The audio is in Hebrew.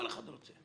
כל אחד רוצה,